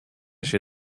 się